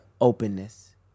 openness